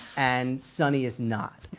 and sonny is not.